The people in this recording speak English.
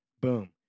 boom